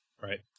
Right